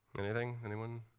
anything? anyone?